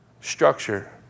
structure